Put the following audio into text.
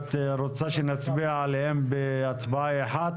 הייתה באמת להקל על הרישוי של העסקים במדינת ישראל.